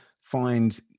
find